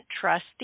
trust